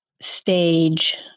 stage